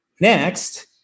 next